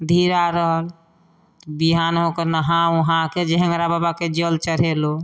धीरा रहल बिहान होके नहा ओहाके जेहेंगरा बाबाके जल चढ़ेलहुॅं